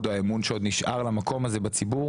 או האמון שעוד נשאר למקום הזה בציבור?